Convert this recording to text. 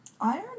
Iron